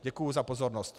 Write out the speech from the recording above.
Děkuji za pozornost.